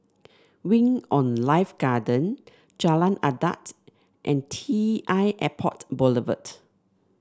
Wing On Life Garden Jalan Adat and T l Airport Boulevard